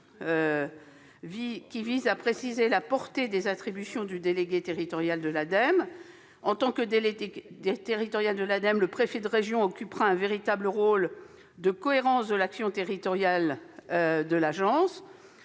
vise à préciser la portée des attributions du délégué territorial de l'Ademe. En tant que délégué territorial de l'Ademe, le préfet de région aura un véritable rôle de mise en cohérence de l'action territoriale de l'agence